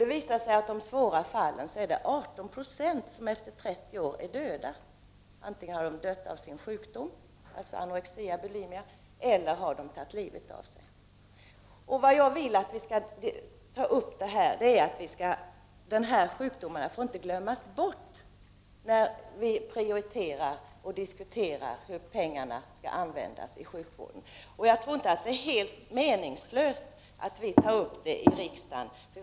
Det visar sig att i de svåra fallen är det 18 90 som efter 30 år dör. Antingen dör de av anorexia eller bulimia eller har de tagit livet av sig. Jag har tagit upp frågan därför att jag tycker att dessa sjukdomar inte får glömmas bort när vi gör prioriteringar och diskuterar hur pengarna skall användas inom sjukvården. Jag tror inte att det är helt meningslöst att vi tar upp frågor i riksdagen.